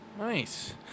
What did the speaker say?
Nice